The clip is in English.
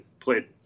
played